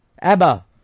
Abba